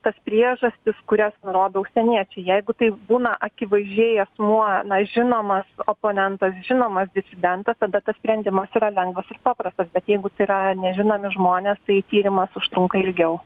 tas priežastis kurias nurodo užsieniečiai jeigu tai būna akivaizdžiai asmuo na žinomas oponentas žinomas disidentas tada tas sprendimas yra lengvas ir paprastas bet jeigu tai yra nežinomi žmonės tai tyrimas užtrunka ilgiau